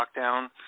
lockdown